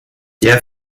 der